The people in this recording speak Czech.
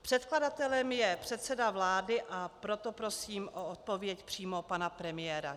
Předkladatelem je předseda vlády, a proto prosím o odpověď přímo pana premiéra.